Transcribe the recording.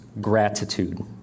gratitude